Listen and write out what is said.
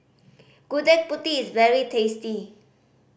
Gudeg Putih is very tasty